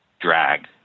drag